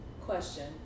Question